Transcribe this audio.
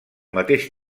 mateix